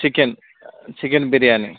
chicken chicken biryani